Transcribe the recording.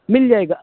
مل جائے گا